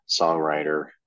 songwriter